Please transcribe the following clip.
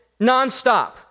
nonstop